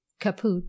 caput